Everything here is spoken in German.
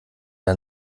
der